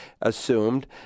assumed